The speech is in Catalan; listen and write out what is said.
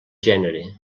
gènere